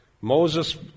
Moses